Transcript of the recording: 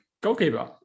goalkeeper